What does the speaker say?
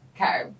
Okay